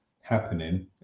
happening